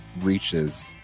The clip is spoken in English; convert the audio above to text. reaches